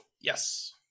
Yes